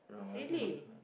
really